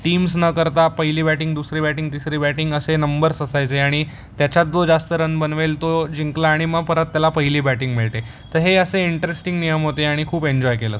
teams न करता पहिली बॅटिंग दुसरी बॅटिंग तिसरी बॅटिंग असे नंबर्स असायचे आणि त्याच्यात जो जास्त रन बनवेल तो जिंकला आणि मग परत त्याला पहिली बॅटिंग मिळते तर हे असे इंटरेस्टिंग नियम होते आणि खूप एन्जॉय केलं